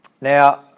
Now